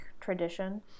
tradition